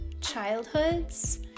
childhoods